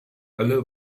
alle